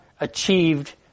achieved